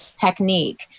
technique